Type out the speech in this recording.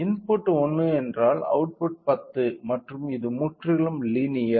input 1 என்றால் output 10 மற்றும் இது முற்றிலும் லீனியர்